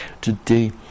Today